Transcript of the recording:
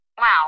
Wow